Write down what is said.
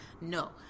no